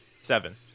Seven